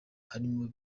harimo